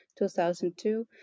2002